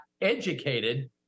educated